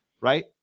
Right